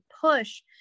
push